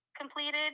completed